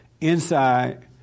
inside